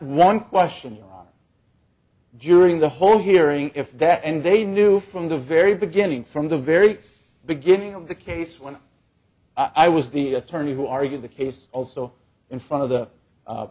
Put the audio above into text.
one question during the whole hearing if that end they knew from the very beginning from the very beginning of the case when i was the attorney who argued the case also in front of the